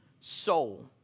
soul